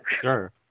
Sure